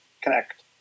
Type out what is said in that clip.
connect